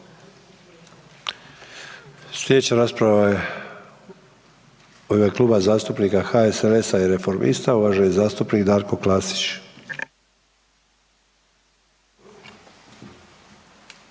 Slijedeća rasprava je u ime Kluba zastupnika HSLS-a i Reformista, uvaženi zastupnik Darko Klasić.